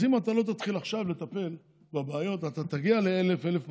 אז אם אתה לא תתחיל עכשיו לטפל בבעיות ואתה תגיע ל-1,200,